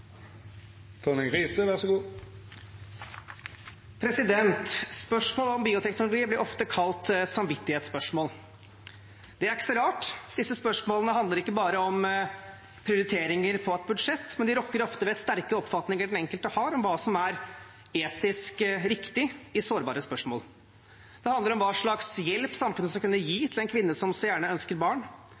så rart. Disse spørsmålene handler ikke bare om prioriteringer på et budsjett, de rokker ofte ved sterke oppfatninger den enkelte har om hva som er etisk riktig i sårbare spørsmål. Det handler om hva slags hjelp samfunnet skal kunne gi til en kvinne som så gjerne ønsker barn,